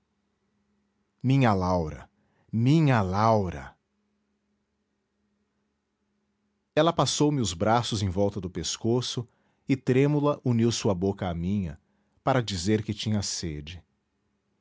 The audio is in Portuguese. minha laura minha laura ela passou-me os braços em volta do pescoço e trêmula uniu sua boca à minha para dizer que tinha sede